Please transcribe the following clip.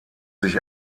sich